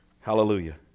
Hallelujah